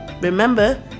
Remember